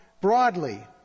broadly